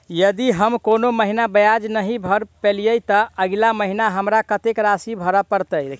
यदि हम कोनो महीना ब्याज नहि भर पेलीअइ, तऽ अगिला महीना हमरा कत्तेक राशि भर पड़तय?